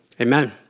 Amen